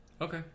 Okay